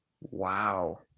Wow